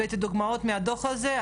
הבאתי דוגמאות מהדוח הזה,